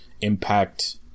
Impact